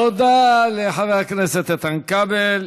תודה לחבר הכנסת איתן כבל.